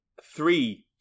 three